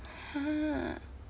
!huh!